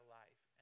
life